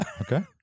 Okay